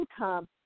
income